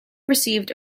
received